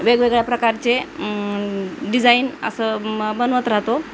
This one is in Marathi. वेगवेगळ्या प्रकारचे डिझाईन असं मग बनवत राहतो